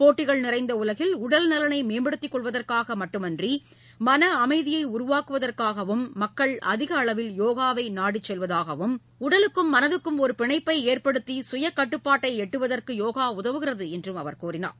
போட்டிகள் நிறைந்த உலகில் உடல் நலனை மேம்படுத்திக் கொள்வதற்காக மட்டுமின்றி மன அமைதியை உருவாக்குவதற்காகவும் மக்கள் அதிக அளவில் யோகாவை நாடிச் செல்வதாகவும் உடலுக்கும் மனதுக்கும் ஒரு பிணைப்பை ஏற்படுத்தி சுய கட்டுப்பாட்டை எட்டுவதற்கு யோகா உதவுகிறது என்றும் அவர் கூறினார்